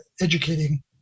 educating